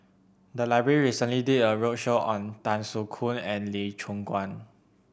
the library recently did a roadshow on Tan Soo Khoon and Lee Choon Guan